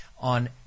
on